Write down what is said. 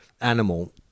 animal